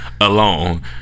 alone